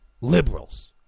liberals